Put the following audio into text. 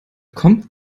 kommt